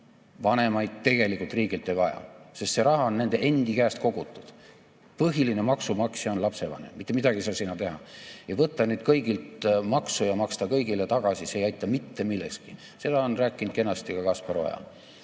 vanemaid tegelikult riigilt ei vaja, sest see raha on nende endi käest kogutud. Põhiline maksumaksja on lapsevanem, mitte midagi ei saa sinna teha. Võtta nüüd kõigilt maksu ja maksta kõigile tagasi – see ei aita mitte millekski. Seda on rääkinud kenasti ka Kaspar Oja,